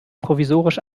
provisorisch